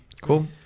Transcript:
Cool